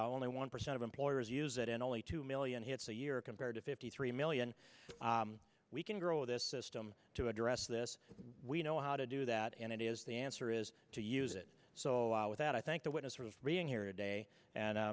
only one percent of employers use it and only two million hits a year compared to fifty three million we can grow this system to address this and we know how to do that and it is the answer is to use it so with that i think that what is sort of reading here today and